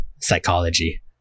psychology